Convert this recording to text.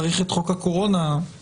צריך את חוק הקורונה הגדול.